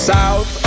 South